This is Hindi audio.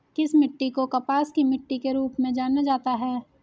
किस मिट्टी को कपास की मिट्टी के रूप में जाना जाता है?